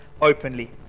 openly